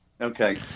Okay